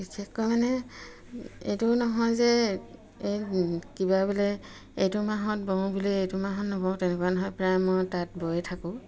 বিশেষকৈ মানে এইটোও নহয় যে এই কিবা বোলে এইটো মাহত বওঁ বুলি এইটো মাহত নবওঁ তেনেকুৱা নহয় প্ৰায় মই তাঁত বয়ে থাকোঁ